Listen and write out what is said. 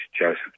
Joseph